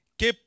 que